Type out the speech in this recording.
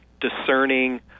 discerning